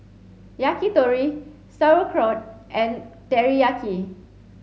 Yakitori Sauerkraut and Teriyaki